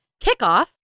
kickoff